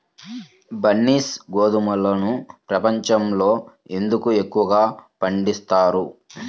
బన్సీ గోధుమను ప్రపంచంలో ఎందుకు ఎక్కువగా పండిస్తారు?